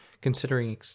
Considering